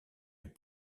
est